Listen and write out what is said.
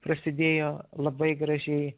prasidėjo labai gražiai